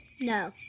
No